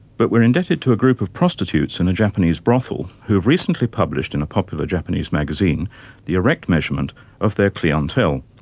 but we are indebted to a group of prostitutes in a japanese brothel who have recently published in a popular japanese magazine the erect measurement of their clientele.